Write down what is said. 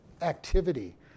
activity